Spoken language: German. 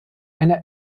eine